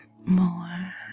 more